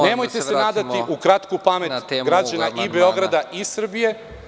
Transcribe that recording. Nemojte se nadati u kratku pamet građana i Beograda i Srbije.